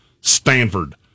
Stanford